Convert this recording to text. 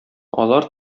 алар